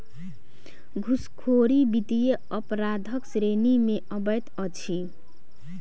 घूसखोरी वित्तीय अपराधक श्रेणी मे अबैत अछि